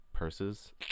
Purses